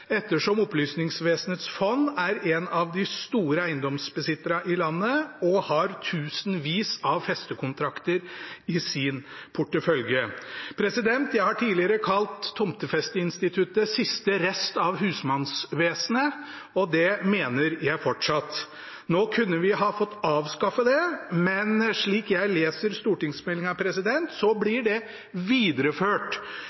ettersom fondet er en av de store eiendomsbesitterne i landet og har tusenvis av festekontrakter i sin portefølje. Jeg har tidligere kalt tomtefesteinstituttet siste rest av husmannsvesenet, og det mener jeg fortsatt. Nå kunne vi ha fått avskaffet det, men slik jeg leser